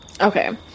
Okay